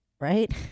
right